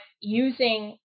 using